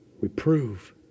Reprove